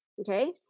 Okay